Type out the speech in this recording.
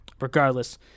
regardless